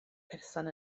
person